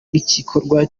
nk’igikorwa